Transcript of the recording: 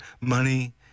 money